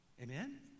Amen